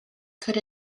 could